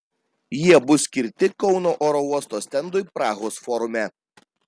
jie bus skirti kauno oro uosto stendui prahos forume